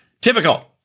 Typical